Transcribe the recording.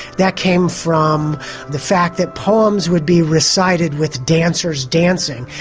that came from the fact that poems would be recited with dancers dancing,